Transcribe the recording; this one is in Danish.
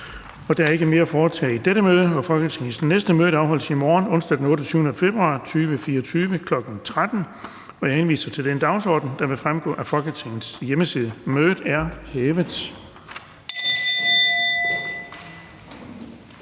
Der er ikke mere at foretage i dette møde. Folketingets næste møde afholdes i morgen, onsdag den 28. februar 2024, kl. 13.00. Jeg henviser til den dagsorden, der vil fremgå af Folketingets hjemmeside. Mødet er hævet.